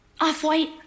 Off-White